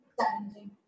challenging